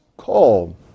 call